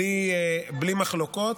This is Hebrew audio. בלי מחלוקות,